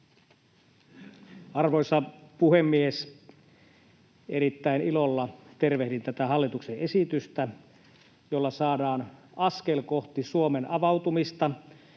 Arvoisa puhemies! Erittäin ilolla tervehdin tätä hallituksen esitystä, jolla saadaan askel kohti Suomen avautumista